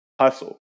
hustle